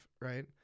right